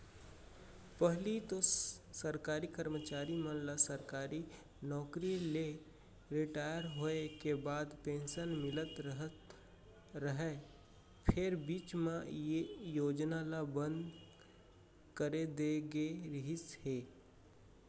पहिली तो सरकारी करमचारी मन ल सरकारी नउकरी ले रिटायर होय के बाद पेंसन मिलत रहय फेर बीच म ए योजना ल बंद करे दे गे रिहिस हे